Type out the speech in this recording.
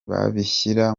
babishyira